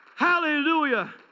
Hallelujah